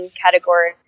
category